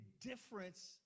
difference